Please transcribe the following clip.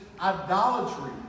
idolatry